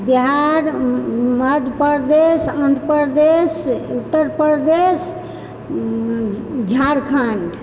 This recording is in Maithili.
बिहार मध्यप्रदेश आन्ध्र प्रदेश उत्तर उत्तरप्रदेश झारखण्ड